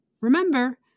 Remember